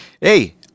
Hey